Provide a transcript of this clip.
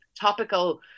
topical